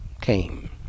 came